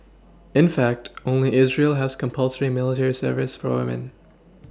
in fact only israel has compulsory military service for women